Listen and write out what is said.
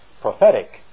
prophetic